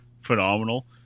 phenomenal